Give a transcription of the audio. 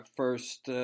first